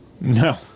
No